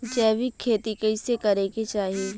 जैविक खेती कइसे करे के चाही?